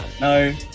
No